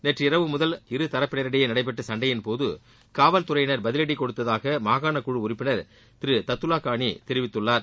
நேற்ற இரவு முதல் இரு தரப்பினரிடையே நடைபெற்ற சண்டையின்போது காவல்துறையினா் பதிவடி கொடுத்ததாக மாகாண குழு உறுப்பினா் திரு ததுல்லாகானி தெரிவித்தார்